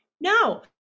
No